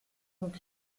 donc